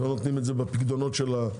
לא נותנים את זה בפיקדונות של הלקוחות,